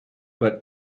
but